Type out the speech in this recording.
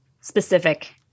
specific